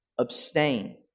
Abstain